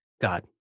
God